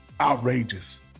outrageous